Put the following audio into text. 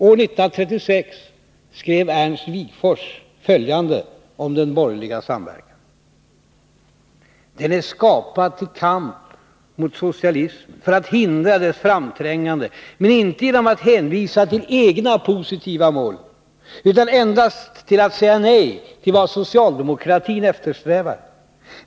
År 1936 skrev Ernst Wigforss följande om den borgerliga samverkan: ”Den är skapad till kamp mot socialismen, för att hindra dess framträngande, men inte genom att hänvisa till egna positiva mål, utan endast till att säga nej till vad socialdemokratin eftersträvar.